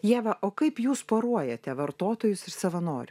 ieva o kaip jūs poruojate vartotojus ir savanoriu